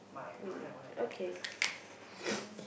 mm okay